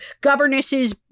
governesses